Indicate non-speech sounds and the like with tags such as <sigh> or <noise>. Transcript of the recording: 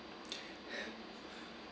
<breath>